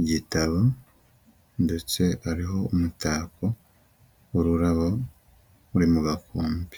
igitabo ndetse hariho umutako n'ururabo ruri mu gakumbe.